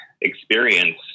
experience